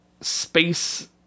space